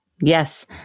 Yes